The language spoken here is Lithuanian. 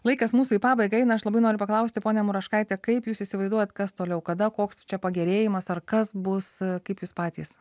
laikas mūsų į pabaigą eina aš labai noriu paklausti pone muraškaite kaip jūs įsivaizduojat kas toliau kada koks čia pagerėjimas ar kas bus kaip jūs patys